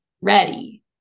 ready